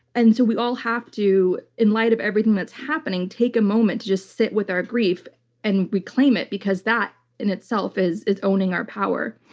and so we all have to, in light of everything that's happening, take a moment to just sit with our grief and reclaim it because that in itself is is owning our power.